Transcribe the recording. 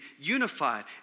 unified